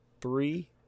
three